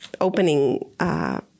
opening